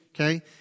okay